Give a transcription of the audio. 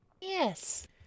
Yes